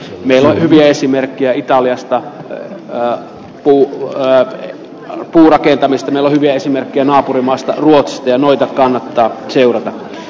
meillä on hyviä esimerkkejä italiasta ja liittämään tarkentamista hyviä esimerkkiä naapurimaasta ruotsista ja noita kannattaa seurata